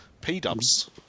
P-dubs